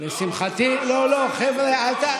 סובה, הפעם לא הלך, ההפך,